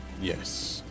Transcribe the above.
Yes